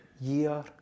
year